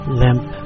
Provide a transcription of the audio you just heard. limp